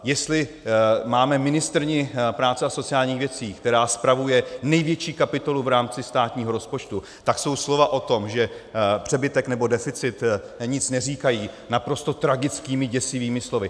Jestli máme ministryni práce a sociálních věcí, která spravuje největší kapitolu v rámci státního rozpočtu, tak jsou slova o tom, že přebytek nebo deficit nic neříkají, naprosto tragickými, děsivými slovy.